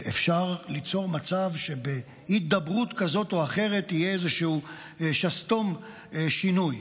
אפשר ליצור מצב שבהידברות כזאת או אחרת יהיה איזשהו שסתום שינוי,